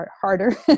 harder